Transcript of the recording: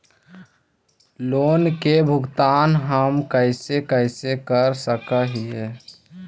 Loan के भुगतान हम कैसे कैसे कर सक हिय?